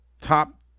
top